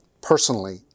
personally